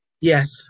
Yes